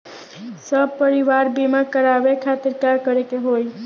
सपरिवार बीमा करवावे खातिर का करे के होई?